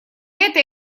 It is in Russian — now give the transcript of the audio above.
это